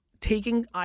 taking